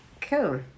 Cool